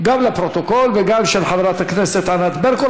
גם לפרוטוקול וגם של חברת הכנסת ענת ברקו,